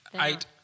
Eight